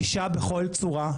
אישה בכל צורה,